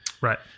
Right